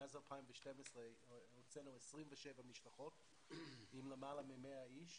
מאז 2012 הוצאנו 27 משלחות עם למעלה מ-100 אנשים.